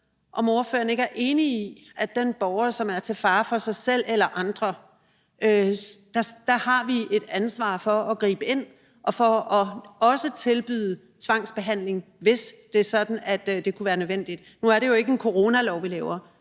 om ordføreren ikke er enig i, at når det er en borger, som er til fare for sig selv eller andre, har vi et ansvar for at gribe ind og for også at tilbyde tvangsbehandling, hvis det er sådan, at det kunne være nødvendigt. Nu er det jo ikke en coronalov, vi laver.